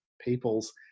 people's